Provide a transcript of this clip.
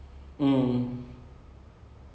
like when the last season came out lah